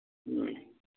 ꯎꯝ